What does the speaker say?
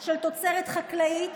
של תוצרת חקלאית